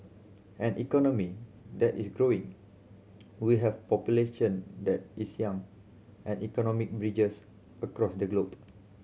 an economy that is growing we have population that is young and economic bridges across the globe